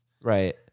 Right